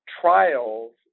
trials